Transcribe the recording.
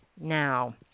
now